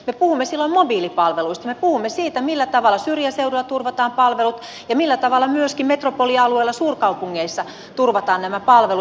me puhumme siitä millä tavalla syrjäseudulla turvataan palvelut ja millä tavalla myöskin metropolialueella suurkaupungeissa turvataan nämä palvelut